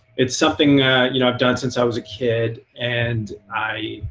it's something you know i've done since i was a kid. and i